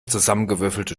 zusammengewürfelte